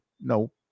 No